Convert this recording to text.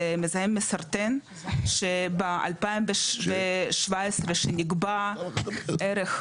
זה מזהם מסרטן שב- 2017 שנקבע ערך.